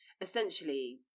Essentially